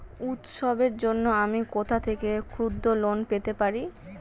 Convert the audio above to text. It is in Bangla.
উৎসবের জন্য আমি কোথা থেকে ক্ষুদ্র লোন পেতে পারি?